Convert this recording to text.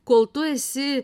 kol tu esi